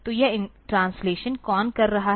तो यह ट्रांसलेशनकौन कर रहा है